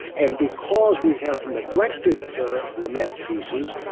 and because we have neglected the lament pieces,